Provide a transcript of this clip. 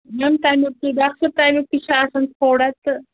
مےٚ نہٕ تَمیُک تہِ ڈاکٹر تَمیُک تہِ چھِ آسان تھوڑا تہٕ